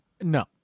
No